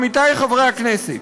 עמיתי חברי הכנסת,